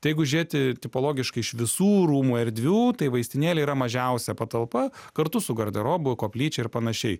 tai jeigu žiūrėti tipologiškai iš visų rūmų erdvių tai vaistinėlė yra mažiausia patalpa kartu su garderobu koplyčia ir panašiai